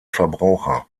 verbraucher